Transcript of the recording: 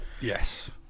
Yes